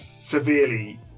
severely